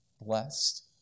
blessed